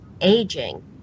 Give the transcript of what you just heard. aging